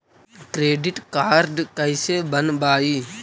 Credit card कैसे बनवाई?